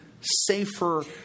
safer